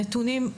הנתונים,